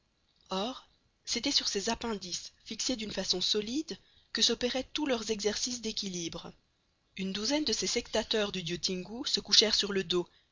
or c'était sur ces appendices fixés d'une façon solide que s'opéraient tous leurs exercices d'équilibre une douzaine de ces sectateurs du dieu tingou se couchèrent sur le dos